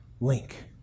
link